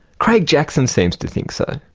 craig jackson seems to think so.